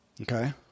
Okay